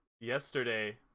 Yesterday